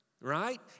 right